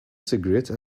cigarette